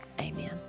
amen